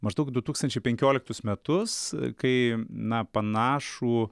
maždaug du tūkstančiai penkioliktus metus kai na panašų